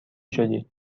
شدی